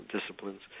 disciplines